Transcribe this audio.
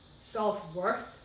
self-worth